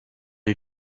you